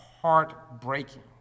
heartbreaking